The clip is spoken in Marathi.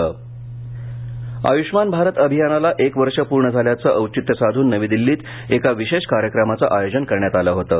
विज्ञानभवन आयुषमान भारत अभियानाला क्रि वर्ष पूर्ण झाल्याचं औचित्य साधून नवी दिल्लीत क्रि विशेष कार्यक्रमाचं आयोजन करण्यात आलं होतं